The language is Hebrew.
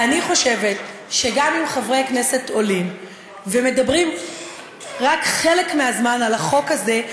אני חושבת שגם אם חברי כנסת עולים ומדברים רק חלק מהזמן על החוק הזה,